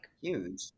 huge